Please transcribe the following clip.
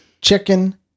chicken